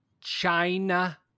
China